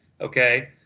okay